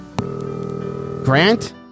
Grant